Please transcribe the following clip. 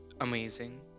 amazing